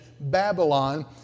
Babylon